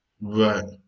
right